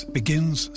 begins